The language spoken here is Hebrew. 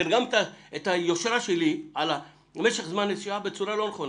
תרגמת את היושרה שלי לגבי משך זמן נסיעה בצורה לא נכונה.